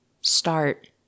start